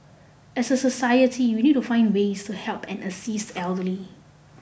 as a society we need to find ways to help and assist the elderly